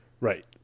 Right